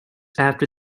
after